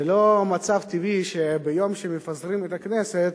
זה לא מצב טבעי שביום שמפזרים את הכנסת